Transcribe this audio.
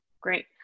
great